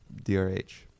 DRH